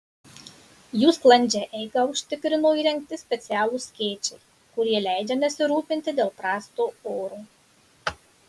jų sklandžią eigą užtikrino įrengti specialūs skėčiai kurie leidžia nesirūpinti dėl prasto oro